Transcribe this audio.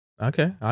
Okay